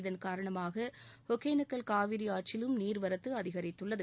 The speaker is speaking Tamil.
இதன் காரணமாகஒகேனக்கல் காவிரிஆற்றிலும் நீர்வரத்துஅதிகரித்துள்ளது